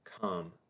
come